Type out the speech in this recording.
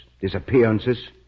disappearances